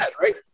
Right